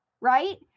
right